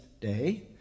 day